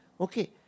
Okay